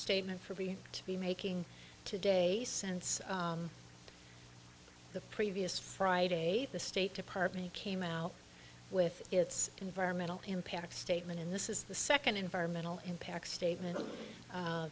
statement for me to be making today since the previous friday the state department came out with its environmental impact statement in this is the second environmental impact statement